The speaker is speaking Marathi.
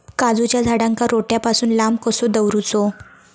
काजूच्या झाडांका रोट्या पासून लांब कसो दवरूचो?